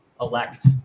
elect